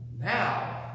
now